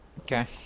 okay